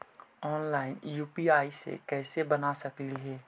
Online UPI कैसे बना सकली ही?